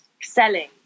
selling